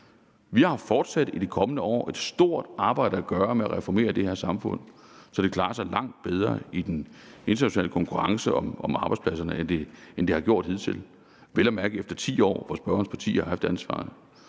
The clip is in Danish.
Vi har fortsat i de kommende år et stort arbejde at gøre med at reformere det her samfund, så det klarer sig langt bedre i den internationale konkurrence om arbejdspladser, end det har gjort hidtil – vel at mærke efter 10 år, hvor spørgerens parti har haft ansvaret.